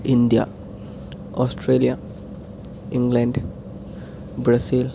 India Australia England Brazil